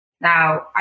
Now